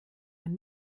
man